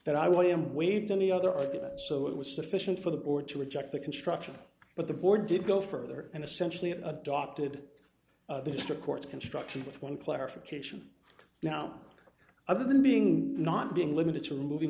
that i want him waived any other of that so it was sufficient for the board to reject the construction but the board did go further and essentially adopted the district court's construction with one clarification now other than being not being limited to moving